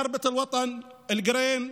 ח'רבת אל-ווטן, אל-גרין,